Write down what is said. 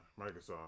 Microsoft